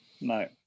No